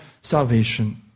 salvation